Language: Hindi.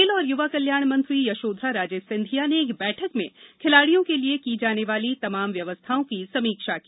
खेल और यूवा कल्याण मंत्री यशोधरा राजे सिंधिया ने कल एक बैठक में खिलाड़ियों के लिए की जाने वाली तमाम व्यवस्थाओं की समीक्षा की